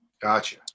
Gotcha